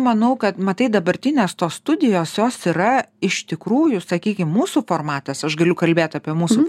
manau kad matai dabartinės tos studijos jos yra iš tikrųjų sakykim mūsų formatas aš galiu kalbėt apie mūsų